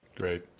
Great